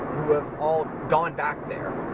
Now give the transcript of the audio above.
who have all gone back there.